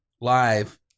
live